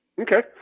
Okay